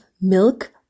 milk